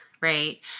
right